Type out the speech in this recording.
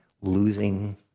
losing